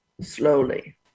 slowly